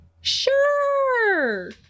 sure